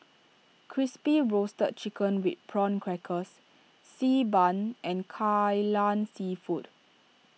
Crispy Roasted Chicken with Prawn Crackers Xi Ban and Kai Lan Seafood